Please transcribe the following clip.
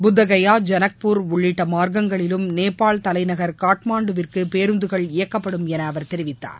புத்தகபா ஜனக்பூர் உள்ளிட்ட மார்க்கங்களிலும் நேபாள் தலைநகர் காத்மாண்டுவிற்கு பேருந்துகள் இயக்கப்படும் என அவர் தெரிவித்தார்